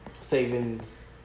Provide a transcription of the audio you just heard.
savings